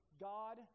God